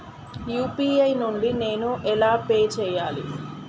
UPI నుండి నేను ఎలా పే చెయ్యాలి?